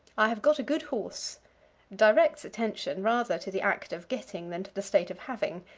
i have got a good horse directs attention rather to the act of getting than to the state of having,